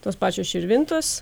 tos pačios širvintos